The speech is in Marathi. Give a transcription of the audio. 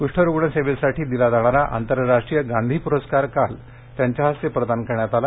कृष्ठरुग्ण सेवेसाठी दिला जाणारा आंतरराष्ट्रीय गांधी पुरस्कार काल उपराष्ट्रपतींच्या हस्ते प्रदान करण्यात आला